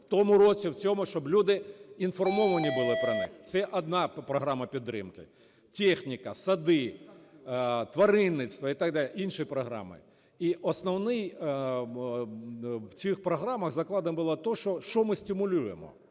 цьому, щоб люди інформовані були про неї. Це одна програма підтримки. Техніка, сади, тваринництво і так далі - іншою програмою. І основне в цих програмах закладено було те, що ми стимулюємо,